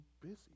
busy